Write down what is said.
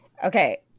Okay